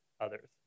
others